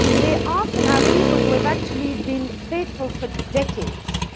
they often are people who have actually been faithful for decades,